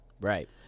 Right